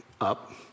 up